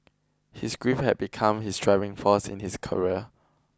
his grief had become his driving force in his career